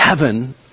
Heaven